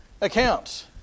accounts